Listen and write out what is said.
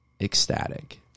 ecstatic